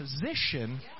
position